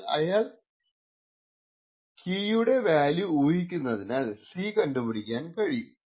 എന്നാൽ അയാൾ K ടിയുടെ വാല്യൂ ഊഹിക്കുന്നതിനാൽ C കണ്ടുപിടിക്കാൻ കഴിയും